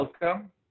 Welcome